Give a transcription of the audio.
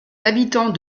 habitants